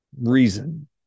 reason